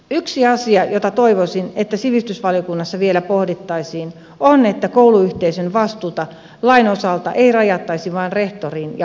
yksi asia jota toivoisin että sivistysvaliokunnassa vielä pohdittaisiin on se että kouluyhteisön vastuuta lain osalta ei rajattaisi vain rehtoriin ja opettajiin